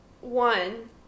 one